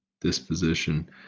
Disposition